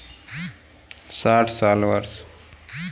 अटल खेतिहर श्रम बीमा योजना के लिए आयु सीमा क्या है?